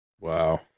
Wow